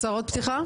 הצהרות פתיחה?